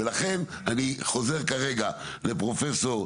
ולכן אני חוזר כרגע לפרופסור